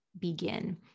begin